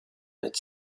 pits